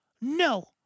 No